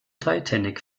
titanic